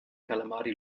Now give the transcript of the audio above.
calamari